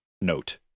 note